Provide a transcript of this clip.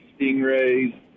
stingrays